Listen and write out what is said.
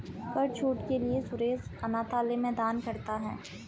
कर छूट के लिए सुरेश अनाथालय में दान करता है